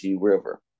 River